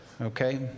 Okay